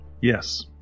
Yes